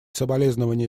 соболезнование